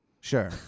sure